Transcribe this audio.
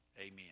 Amen